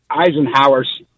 Eisenhower's